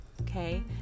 okay